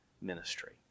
ministry